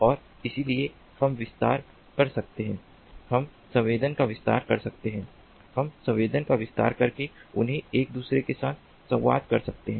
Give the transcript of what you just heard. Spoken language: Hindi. और इसलिए हम विस्तार कर सकते हैं हम संवेदन का विस्तार कर सकते हैं हम संवेदन का विस्तार करके उन्हें एक दूसरे के साथ संवाद कर सकते हैं